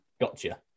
gotcha